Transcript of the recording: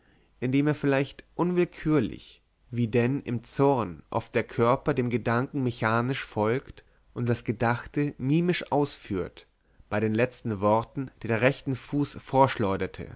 indem er vielleicht unwillkürlich wie denn im zorn oft der körper dem gedanken mechanisch folgt und das gedachte mimisch ausführt bei den letzten worten den rechten fuß